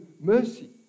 mercy